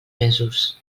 mesos